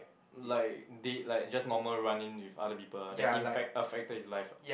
like date like just normal run in with other people ah that infect affected his life ah